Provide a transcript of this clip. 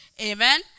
amen